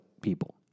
people